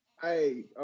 hey